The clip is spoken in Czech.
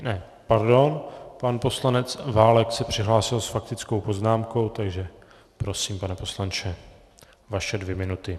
Ne, pardon, pan poslanec Válek se přihlásil s faktickou poznámkou, takže prosím, pane poslanče, vaše dvě minuty.